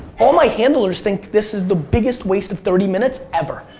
all my handlers think this is the biggest waste of thirty minutes ever.